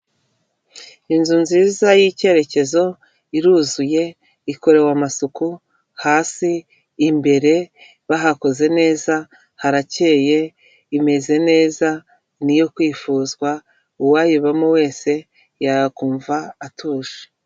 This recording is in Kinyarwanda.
Inzu nziza y'icyerekezo iruzuye ikorewe amasuku hasi imbere bahakoze neza harakeye imeze neza ni iyo kwifuzwa uwayibamo wese yakumva atuje.